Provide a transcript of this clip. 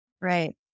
Right